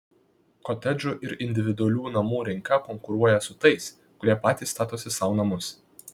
kotedžų ir individualių namų rinka konkuruoja su tais kurie patys statosi sau namus